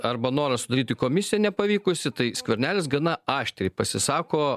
arba norą sudaryti komisiją nepavykusį tai skvernelis gana aštriai pasisako